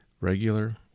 Regular